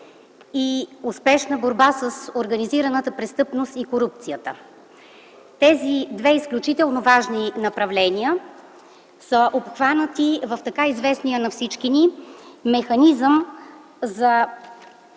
и успешна борба с организираната престъпност и корупцията. Тези две изключително важни направления са обхванати в така известния на всички ни механизъм за